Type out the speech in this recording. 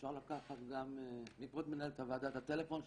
אפשר לקחת גם ממנהלת הוועדה את הטלפון שלי,